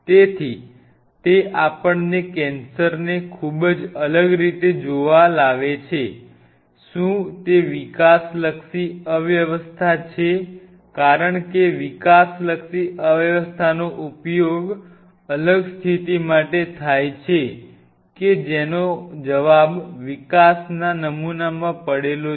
તેથી તે આપણને કેન્સરને ખૂબ જ અલગ રીતે જોવા લાવે છે શું તે વિકાસલક્ષી અવ્યવસ્થા છે કારણ કે વિકાસલક્ષી અવ્યવસ્થાનો ઉપયોગ અલગ સ્થિતિ માટે થાય છે કે જેનો જવાબ વિકાસના નમૂનામાં પડેલો છે